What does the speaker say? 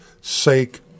sake